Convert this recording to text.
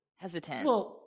hesitant